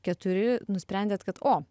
keturi nusprendėt kad o